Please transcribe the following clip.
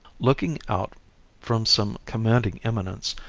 looking out from some commanding eminence,